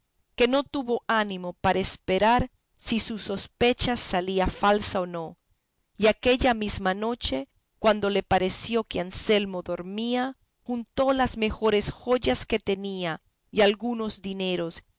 que no tuvo ánimo para esperar si su sospecha salía falsa o no y aquella mesma noche cuando le pareció que anselmo dormía juntó las mejores joyas que tenía y algunos dineros